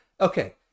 okay